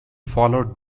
followed